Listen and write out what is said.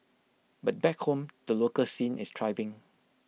but back home the local scene is thriving